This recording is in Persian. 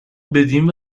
بدین